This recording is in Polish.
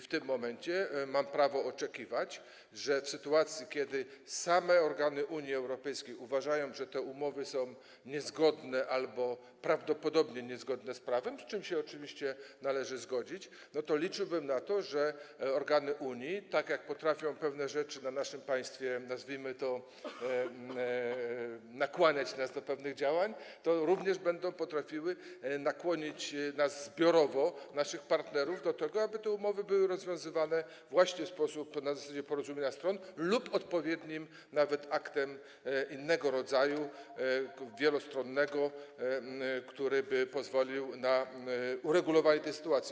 W tym momencie mam prawo oczekiwać, że w sytuacji kiedy same organy Unii Europejskiej uważają, że te umowy są niezgodne albo prawdopodobnie są niezgodne z prawem, z czym się oczywiście należy zgodzić, liczyłbym na to, że organy Unii, tak jak potrafią pewne rzeczy na naszym państwie - nazwijmy to - nakłaniać nas do pewnych działań, to również będą potrafiły nakłonić nas, naszych partnerów zbiorowo do tego, aby te umowy były rozwiązywane właśnie na zasadzie porozumienia stron lub nawet odpowiednim aktem innego wielostronnego rodzaju, który pozwoliłby na uregulowanie tej sytuacji.